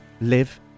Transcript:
live